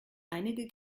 einige